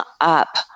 up